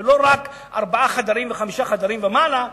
ולא רק ארבעה וחמישה חדרים ומעלה,